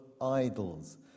idols